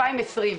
מ-2020.